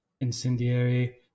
Incendiary